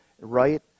right